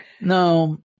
No